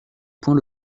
point